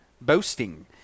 boasting